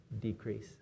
decrease